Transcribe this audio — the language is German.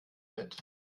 mit